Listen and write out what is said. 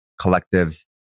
collectives